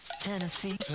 Tennessee